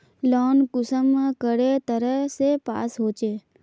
Loan कुंसम करे तरह से पास होचए?